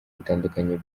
bitandukanye